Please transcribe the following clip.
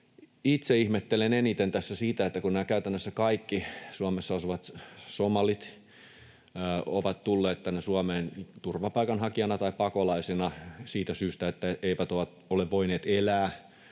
Itse ihmettelen eniten tässä sitä, että kun käytännössä kaikki Suomessa asuvat somalit ovat tulleet tänne Suomeen turvapaikanhakijoina tai pakolaisina siitä syystä, että eivät ole voineet elää